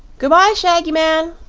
good-bye, shaggy man,